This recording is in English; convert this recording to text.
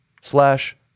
slash